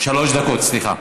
שלוש דקות, סליחה.